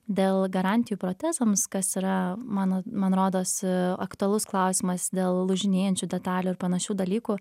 dėl garantijų protezams kas yra mano man rodos aktualus klausimas dėl lūžinėjančių detalių ir panašių dalykų